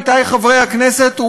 עמיתי חברי הכנסת,